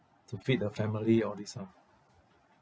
to feed the family all these ah